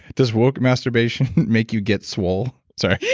does woke masturbation make you get swol? sorry.